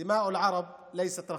דמם של הערבים אינו זול.)